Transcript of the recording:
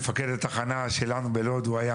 מפקד התחנה שלנו בלוד הוא,